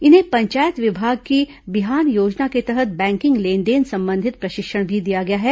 इन्हें पंचायत विभाग की बिहान योजना के तहत बैंकिंग लेनदेन संबंधित प्रशिक्षण भी दिया गया है